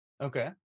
Okay